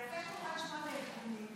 זה יפה שאתה מוכן לשמוע את הארגונים